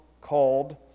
called